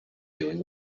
doing